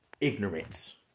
ignorance